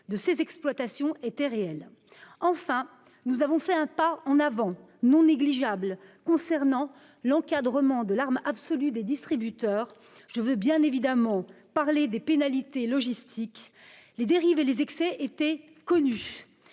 de ces exploitations étaient réels. Enfin, nous avons fait un pas en avant non négligeable concernant l'encadrement de l'arme absolue des distributeurs : les pénalités logistiques. Les dérives et les excès étaient connus.